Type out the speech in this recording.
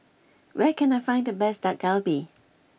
where can I find the best Dak Galbi